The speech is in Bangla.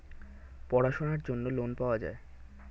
পড়াশোনার জন্য লোন পাওয়া যায়